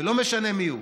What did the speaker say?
ולא משנה מי הוא.